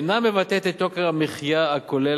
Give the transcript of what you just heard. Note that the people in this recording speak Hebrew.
אינה מבטאת את יוקר המחיה הכולל,